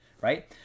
right